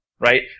Right